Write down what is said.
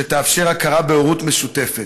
שתאפשר הכרה בהורות משותפת.